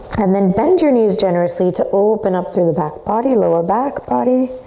and then bend your knees generously to open up through the back body, lower back body,